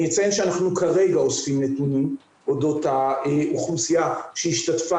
אני אציין שאנחנו כרגע אוספים נתונים אודות האוכלוסייה שהשתתפה